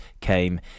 came